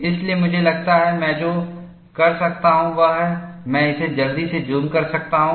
इसलिए मुझे लगता है मैं जो कर सकता हूं वह है मैं इसे जल्दी से ज़ूम कर सकता हूं